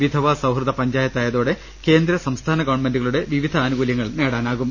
വിധവാ സൌഹൃദ പഞ്ചായത്ത് ആയതോടെ കേന്ദ്ര സംസ്ഥാന ഗവൺമെന്റുകളുടെ വിവിധ ആനുകൂല്യങ്ങൾ നേടാനാകും